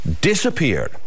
disappeared